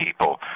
people